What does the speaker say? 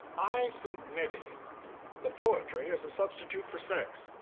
i think maybe the poetry is a substitute for sex.